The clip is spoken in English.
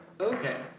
Okay